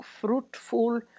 fruitful